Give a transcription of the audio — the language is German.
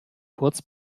kurz